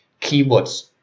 Keywords